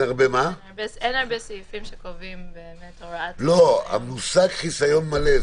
את עצמי למצבים שבהם אני כבר נמצאת במסגרת ביצוע פעולות